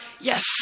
yes